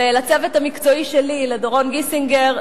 ולצוות המקצועי שלי: לדורון גיסינגר,